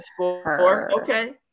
okay